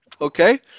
Okay